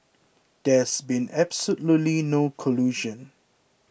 there's been absolutely no collusion